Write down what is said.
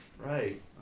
Right